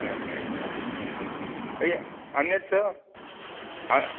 एवम् एवम् यत् अन्यत् च अहम्